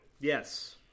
Yes